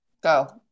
go